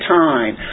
time